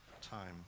time